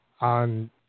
on